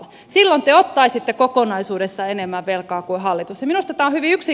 silloin te ottaisitte kokonaisuudessa enemmän velkaa kuin hallitus